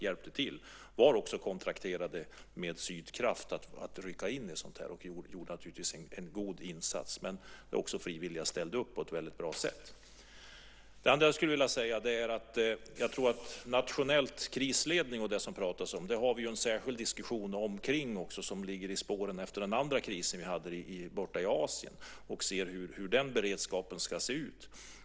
De var kontrakterade med Sydkraft att rycka in vid sådana här tillfällen. De gjorde naturligtvis en god insats. Frivilliga ställde också upp på ett väldigt bra sätt. I spåren av den kris vi hade i Asien för vi en diskussion kring nationell krisledning för att se hur den beredskapen ska se ut.